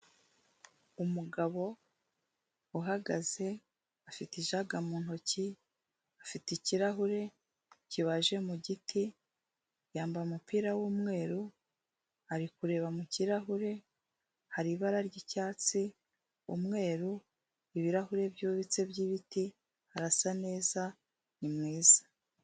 Umugabo uhagaze afite ijaga mu ntoki, afite ikirahure, kibaje mu giti, yambaye umupira w'umweru ari kureba mu kirahure, hari ibara ry'icyatsi, umweru, ibirahuri byubitse by'ibiti arasa neza ni mwiza.